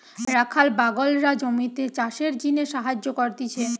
রাখাল বাগলরা জমিতে চাষের জিনে সাহায্য করতিছে